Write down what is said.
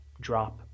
drop